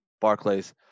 Barclays